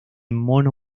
mono